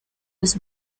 was